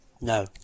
No